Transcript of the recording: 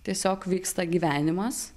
tiesiog vyksta gyvenimas